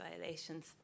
violations